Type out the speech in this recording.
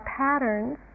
patterns